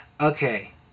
okay